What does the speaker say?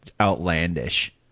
outlandish